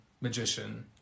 magician